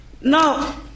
Now